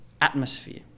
atmosphere